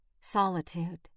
solitude